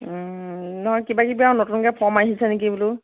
নহয় কিবাকিবি আৰু নতুনকৈ ফৰ্ম আহিছে নেকি বোলো